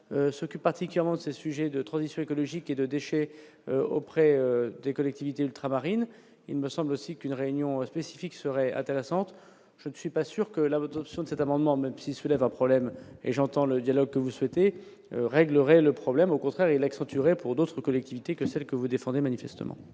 ce qui pratiquent avant ces sujets de transition écologique et de déchets auprès des collectivités ultramarines, il me semble aussi qu'une réunion spécifique serait intéressante, je ne suis pas sûr que la votre option de cet amendement même qui soulève un problème et j'entends le dialogue que vous souhaitez réglerait le problème au contraire il accentuerait pour d'autres collectivités que celle que vous défendez manifestement.